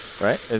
Right